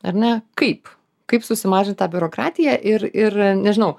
ar ne kaip kaip susimažint tą biurokratiją ir ir nežinau